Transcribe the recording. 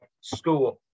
School